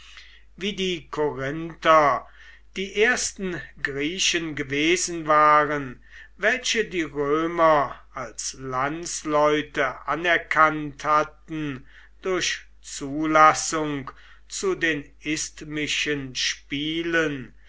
wie die korinther die ersten griechen gewesen waren welche die römer als landsleute anerkannt hatten durch zulassung zu den isthmischen spielen